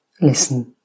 listen